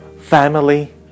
family